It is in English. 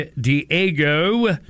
Diego